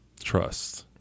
trust